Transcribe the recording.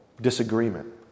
disagreement